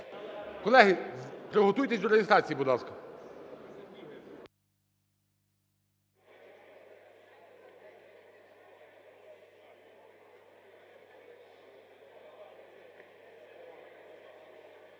Колеги, приготуйтесь до реєстрації, будь ласка.